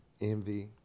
envy